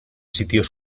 sitios